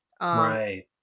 right